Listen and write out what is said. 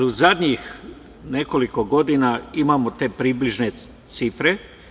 U zadnjih nekoliko godina imamo te približne cifre.